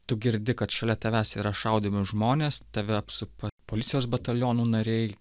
tu girdi kad šalia tavęs yra šaudomi žmonės tave apsupa policijos batalionų nariai